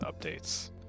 updates